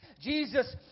Jesus